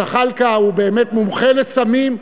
זחאלקה הוא באמת מומחה לסמים,